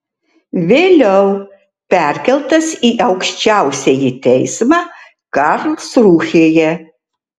vėliau perkeltas į aukščiausiąjį teismą karlsrūhėje